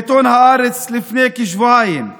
בעיתון הארץ לפני כשבועיים,